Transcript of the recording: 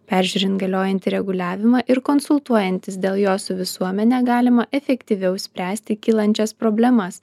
peržiūrint galiojantį reguliavimą ir konsultuojantis dėl jo su visuomene galima efektyviau spręsti kylančias problemas